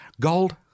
gold